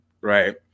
right